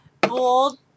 bold